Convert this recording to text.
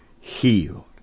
healed